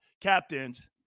captains